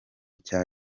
cya